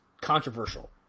controversial